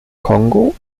kongo